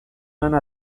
lana